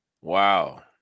wow